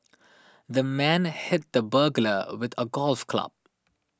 the man hit the burglar with a golf club